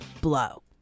blow